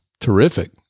terrific